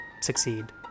succeed